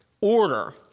order